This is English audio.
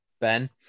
Ben